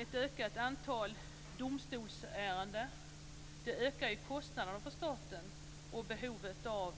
Ett ökat antal domstolsärenden ökar ju kostnaden för staten, och behovet av